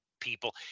people